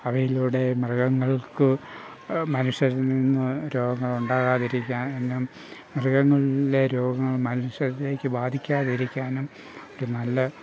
അവയിലൂടെ മൃഗങ്ങൾക്ക് മനുഷ്യരിൽ നിന്നും രോഗങ്ങളുണ്ടാകാതിരിക്കാനും മൃഗങ്ങളിലെ രോഗങ്ങൾ മനുഷ്യരിലേക്ക് ബാധിക്കാതെ ഇരിക്കാനും ഒരു നല്ല